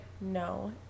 no